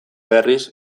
berriz